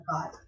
God